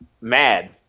mad